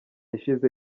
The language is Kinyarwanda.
ishize